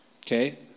Okay